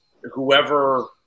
whoever